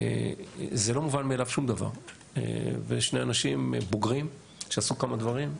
שום דבר לא מובן מאליו ויש שני אנשים בוגרים שעשו כמה דברים,